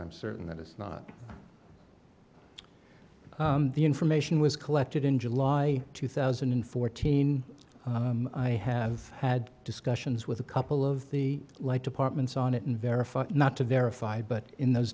i'm certain that it's not the information was collected in july two thousand and fourteen i have had discussions with a couple of the light departments on it and verified not to verify but in those